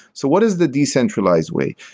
so what is the decentralized way?